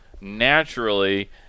naturally